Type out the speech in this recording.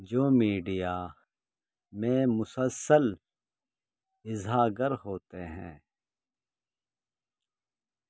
جو میڈیا میں مسلسل اجاگر ہوتے ہیں